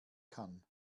kann